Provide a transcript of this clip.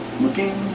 looking